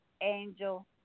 Angel